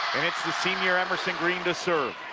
and it's the senior emerson green to serve